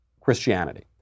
Christianity